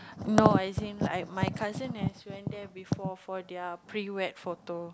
no as in like my cousin has went there for their pre wed photo